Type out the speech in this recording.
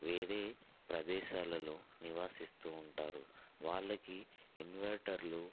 వేరే ప్రదేశాల్లలో నివసిస్తూ ఉంటారు వాళ్ళకి ఇన్వర్టర్లు